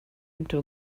into